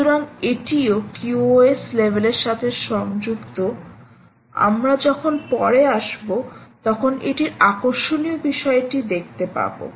সুতরাং এটিও QoS লেভেলের সাথে সংযুক্ত আমরা যখন পরে আসব তখন এটির আকর্ষণীয় বিষয়টি দেখতে পাবে